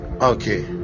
okay